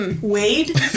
Wade